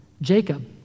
Jacob